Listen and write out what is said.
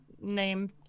name